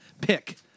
pick